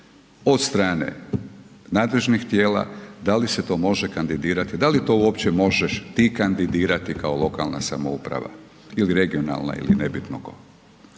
od strane nadležnih tijela, da li se to može kandidirati, da li uopće možeš ti kandidirati kao lokalna samouprava ili regionalna ili nebitno tko.